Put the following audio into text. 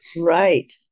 Right